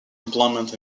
implements